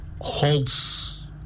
holds